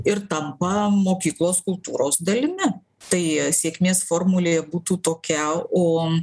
ir tampa mokyklos kultūros dalimi tai sėkmės formulė būtų tokia o